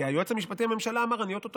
כי היועץ המשפטי לממשלה אמר: אני או-טו-טו